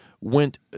went